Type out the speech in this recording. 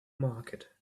market